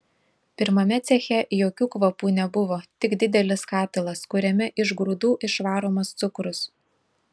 pirmame ceche jokių kvapų nebuvo tik didelis katilas kuriame iš grūdų išvaromas cukrus